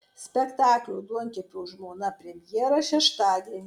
spektaklio duonkepio žmona premjera šeštadienį